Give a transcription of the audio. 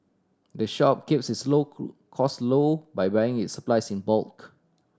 the shop keeps its cost low by buying its supplies in bulk